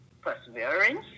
perseverance